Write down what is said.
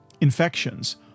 infections